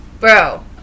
bro